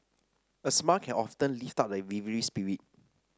a smile can often lift up a weary spirit